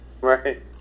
right